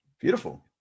Beautiful